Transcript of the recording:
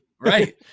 Right